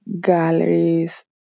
galleries